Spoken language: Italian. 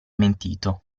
mentito